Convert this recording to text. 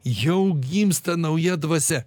jau gimsta nauja dvasia